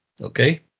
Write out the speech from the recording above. Okay